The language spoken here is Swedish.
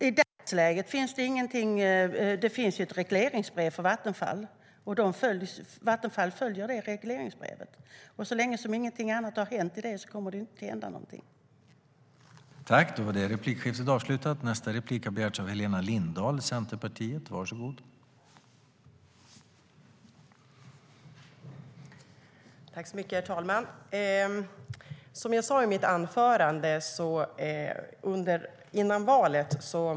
Herr talman! Det finns ju ett regleringsbrev för Vattenfall, och Vattenfall följer det regleringsbrevet. Så länge som inget annat har hänt kommer det inte att hända någonting.